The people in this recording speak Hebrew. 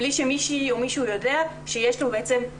בלי שמישהי או מישהו יודע שיש נגדו